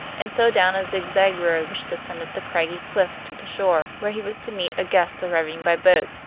and so down a zigzag road which descended the craggy cliff to the shore, where he was to meet a guest arriving by boat.